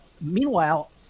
meanwhile